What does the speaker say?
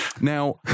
Now